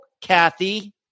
Kathy